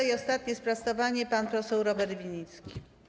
I ostatnie sprostowanie, pan poseł Robert Winnicki.